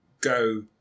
go